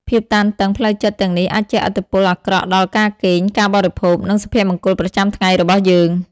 ភាពតានតឹងផ្លូវចិត្តទាំងនេះអាចជះឥទ្ធិពលអាក្រក់ដល់ការគេង ការបរិភោគ និងសុភមង្គលប្រចាំថ្ងៃរបស់យើង។